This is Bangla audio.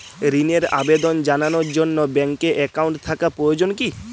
ঋণের আবেদন জানানোর জন্য ব্যাঙ্কে অ্যাকাউন্ট থাকা প্রয়োজন কী?